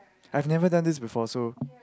I've never done this before so